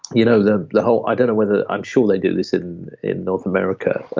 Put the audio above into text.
you know the the whole. i don't know whether. i'm sure they do this in in north america.